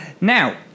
Now